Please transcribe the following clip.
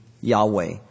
Yahweh